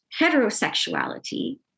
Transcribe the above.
heterosexuality